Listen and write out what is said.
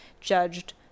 judged